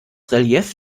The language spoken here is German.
relief